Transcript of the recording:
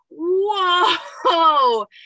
whoa